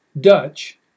Dutch